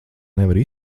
nevari